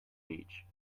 beach